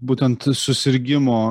būtent susirgimo